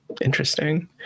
Interesting